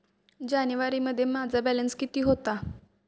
जानेवारीमध्ये माझा बॅलन्स किती होता?